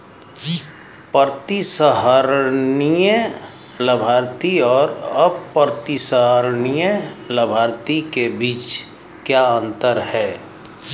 प्रतिसंहरणीय लाभार्थी और अप्रतिसंहरणीय लाभार्थी के बीच क्या अंतर है?